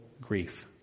grief